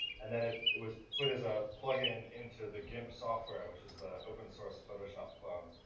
and then it, it was put as ah plugin into the gimp software, which is the open-source photoshop clone,